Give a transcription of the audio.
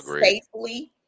safely